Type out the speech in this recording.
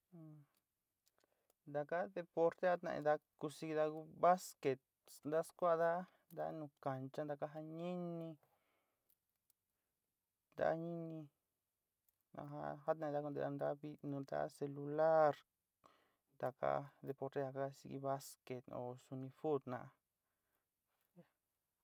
Taka deporte jataindá kusída ku basquet na skuáda da nu cancha ntakaja nini tá nini jataindá konte antávi nu tá celular taka deporte ja ka xi basquet óó suni fut ná.